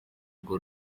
urwo